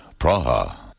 Praha